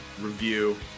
review